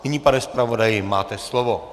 Nyní, pane zpravodaji, máte slovo.